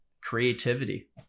creativity